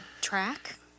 track